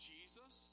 Jesus